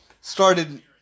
Started